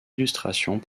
illustrations